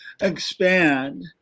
expand